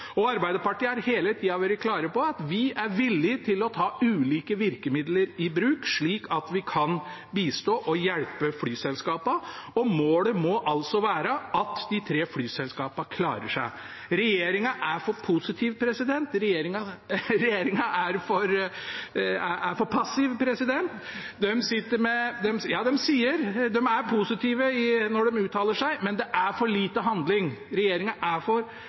Arbeiderpartiet har hele tida vært klare på at vi er villige til å ta ulike virkemidler i bruk, slik at vi kan bistå og hjelpe flyselskapene, og målet må altså være at de tre flyselskapene klarer seg. Regjeringen er for positiv – nei, regjeringen er for passiv. Ja, de er positive når de uttaler seg, men det er for lite handling. Regjeringen er for